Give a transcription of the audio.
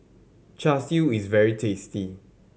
Char Siu is very tasty